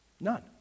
none